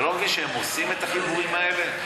אתה לא מבין שהם עושים את החיבורים האלה?